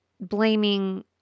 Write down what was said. blaming